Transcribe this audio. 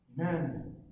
Amen